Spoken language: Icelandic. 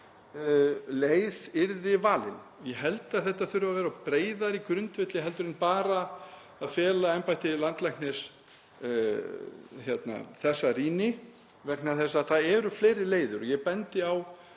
leið yrði valin. Ég held að þetta þurfi að vera á breiðari grundvelli en bara að fela embætti landlæknis þessa rýni vegna þess að það eru fleiri leiðir og ég bendi á